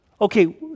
okay